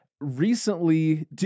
recently